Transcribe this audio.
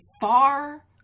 far